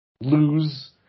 lose